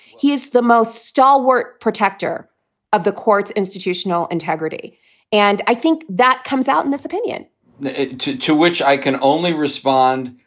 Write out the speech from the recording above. he is the most stalwart protector of the court's institutional integrity and i think that comes out in this opinion to to which i can only respond.